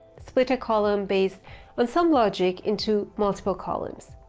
split a column based on some logic into multiple columns.